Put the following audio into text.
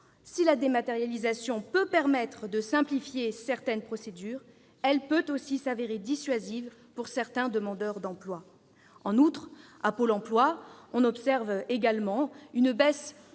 Si la dématérialisation peut permettre de simplifier certaines procédures, elle peut aussi s'avérer dissuasive pour certains demandeurs d'emploi. On observe également à Pôle emploi une baisse